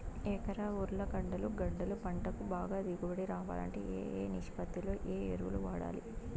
ఎకరా ఉర్లగడ్డలు గడ్డలు పంటకు బాగా దిగుబడి రావాలంటే ఏ ఏ నిష్పత్తిలో ఏ ఎరువులు వాడాలి?